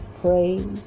praise